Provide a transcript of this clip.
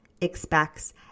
expects